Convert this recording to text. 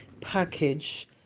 package